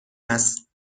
است